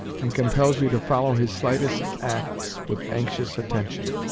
and compels you to follow his slightest acts with anxious attention.